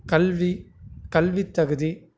கல்வி கல்வித் தகுதி